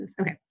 Okay